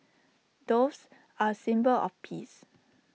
doves are A symbol of peace